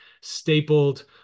stapled